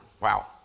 Wow